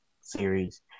series